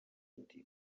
ati